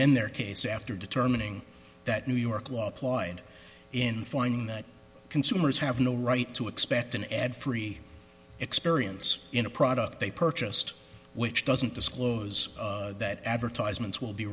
amend their case after determining that new york law applied in finding that consumers have no right to expect an ad free experience in a product they purchased which doesn't disclose that advertisements will be